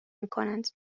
میکنند